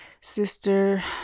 sister